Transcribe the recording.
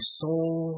soul